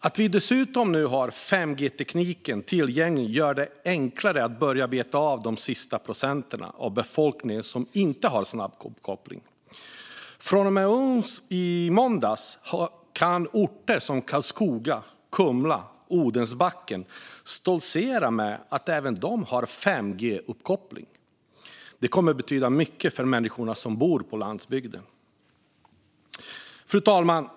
Att vi nu dessutom har 5G-tekniken tillgänglig gör det enklare att börja beta av de sista procenten av befolkningen som inte har snabb uppkoppling. Från och med i måndags kan orter som Karlskoga, Kumla och Odensbacken stoltsera med att även de har 5G-uppkoppling. Detta kommer att betyda mycket för människorna som bor på landsbygden. Fru talman!